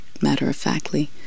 matter-of-factly